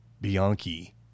Bianchi